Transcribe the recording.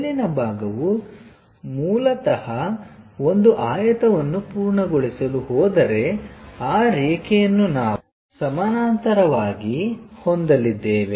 ಮೇಲಿನ ಭಾಗವು ಮೂಲತಃ ನಾನು ಒಂದು ಆಯತವನ್ನು ಪೂರ್ಣಗೊಳಿಸಲು ಹೋದರೆ ಆ ರೇಖೆಯನ್ನು ನಾವು ಸಮಾನಾಂತರವಾಗಿ ಹೊಂದಲಿದ್ದೇವೆ